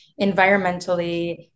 environmentally